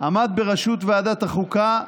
עמד בראשות ועדת החוקה,